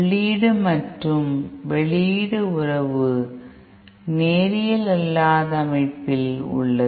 உள்ளீடு மற்றும் வெளியீடு உறவு நேரியல் அல்லாத அமைப்பில் உள்ளது